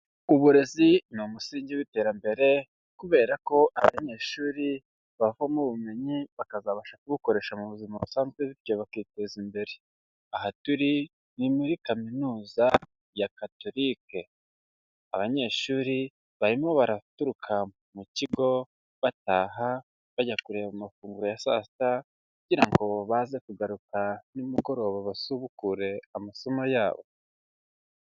Uburezi ni umusingi w'iterambere, kubera ko abanyeshuri bavomo ubumenyi, bakazabasha kubukoresha mu buzima busanzwe bityo bakiteza imbere. Aha turi ni muri Kaminuza ya Catholique. Abanyeshuri barimo baraturuka mu kigo bataha, bajya kureba amafunguro ya saa sita, kugira ngo baze kugaruka nimugoroba basubukure amasomo yabo.